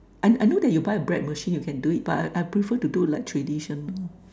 I I know that you buy a bread machine you can do it but I I prefer to do it like traditional